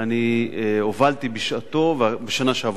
אני הובלתי בשנה שעברה,